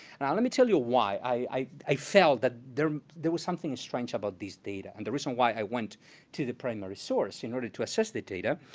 and let me tell you why i felt that there there was something strange about this data. and the reason why i went to the primary source in order to assess the data,